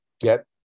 get